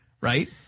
right